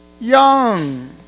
young